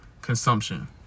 consumption